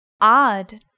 odd